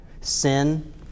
sin